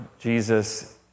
Jesus